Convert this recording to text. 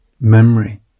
memory